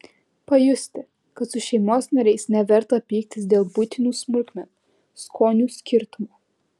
pajusite kad su šeimos nariais neverta pyktis dėl buitinių smulkmenų skonių skirtumo